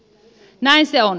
näin se on